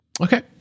okay